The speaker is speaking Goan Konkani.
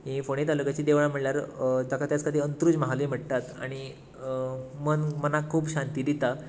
हीं फोडें तालुक्याचीं देवळां म्हळ्यार ताका तेच खातीर अंत्रुज महालूय म्हणटात आनी मन मनाक खूब शांती दिता